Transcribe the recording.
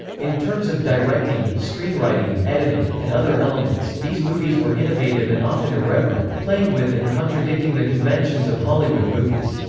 in terms of directing, screenwriting, editing, and other elements, these movies were innovative and often irreverent, playing with and contradicting the conventions of hollywood movies.